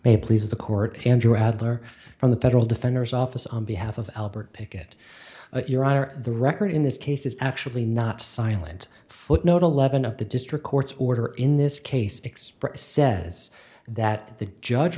may please the court andrew adler from the federal defender's office on behalf of albert pickett your honor the record in this case is actually not silent footnote eleven of the district court's order in this case expert says that the judge